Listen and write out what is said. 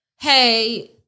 hey